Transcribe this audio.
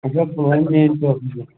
اَچھا پُلوامہِ مین چوکَس مَنٛز